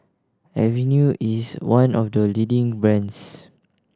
Avene is one of the leading brands